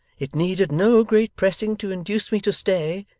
it needed no great pressing to induce me to stay,